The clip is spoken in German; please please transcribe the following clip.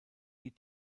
die